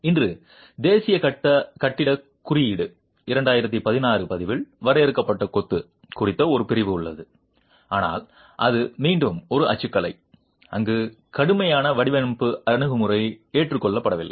இன்று தேசிய கட்டிடக் குறியீடு 2016 பதிப்பில் வரையறுக்கப்பட்ட கொத்து குறித்த ஒரு பிரிவு உள்ளது ஆனால் இது மீண்டும் ஒரு அச்சுக்கலை அங்கு கடுமையான வடிவமைப்பு அணுகுமுறை ஏற்றுக்கொள்ளப்படவில்லை